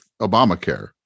Obamacare